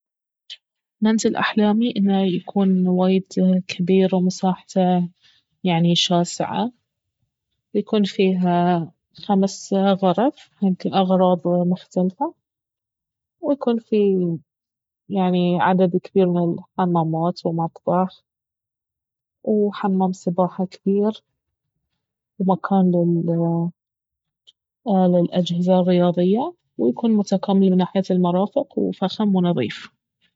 منزل احلامي انه يكون وايد كبير ومساحته يعني شاسعة يكون فيها خمس غرف حق أغراض مختلفة ويكون فيه عدد كبير من الحمامات ومطبخ وحمام سباحة كبير ومكان للأجهزة الرياضية ويكون متكامل من ناحية المرافق وفخم ونظيف